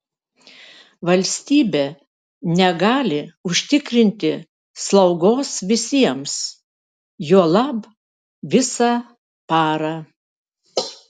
valstybė negali užtikrinti slaugos visiems juolab visą parą